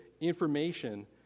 information